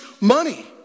money